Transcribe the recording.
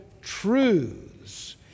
truths